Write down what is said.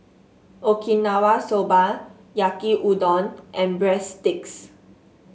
Okinawa Soba Yaki Udon and breadsticks